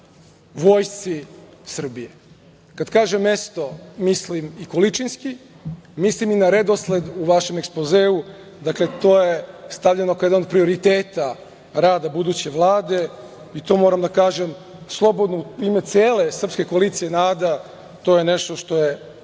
Vojsci Srbije. Kada kažem mesto, mislim i količinski, mislim i na redosled u vašem ekspozeu. Dakle, to je stavljeno kao jedan od prioriteta rada buduće Vlade i to moram da kažem slobodno u ime cele Srpske koalicije NADA, to je nešto što je